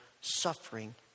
suffering